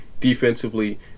defensively